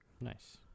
Nice